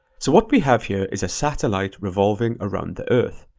so what we have here is a satellite revolving around the earth.